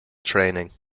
training